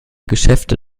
geschäfte